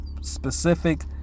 specific